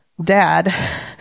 Dad